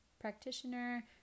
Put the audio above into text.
practitioner